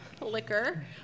liquor